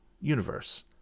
universe